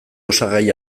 osagai